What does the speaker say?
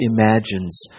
imagines